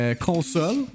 console